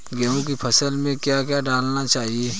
गेहूँ की फसल में क्या क्या डालना चाहिए?